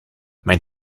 mijn